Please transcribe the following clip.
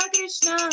Krishna